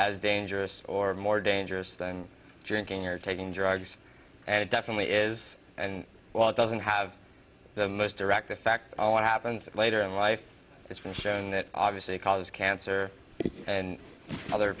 as dangerous or more dangerous than drinking or taking drugs and it definitely is and while it doesn't have the most direct effect on what happens later in life it's been shown that obviously cause cancer and other